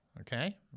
okay